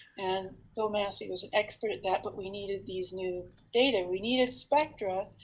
and phil massey was an expert at that, but we needed these new data. we needed spectra.